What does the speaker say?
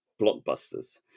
blockbusters